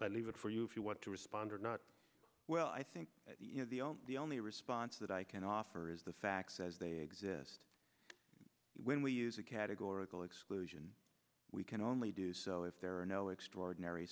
but leave it for you if you want to respond or not well i think the only response that i can offer is the facts as they exist when we use a categorical exclusion we can only do so if there are no extraordinary